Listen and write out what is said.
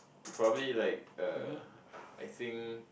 you probably like uh I think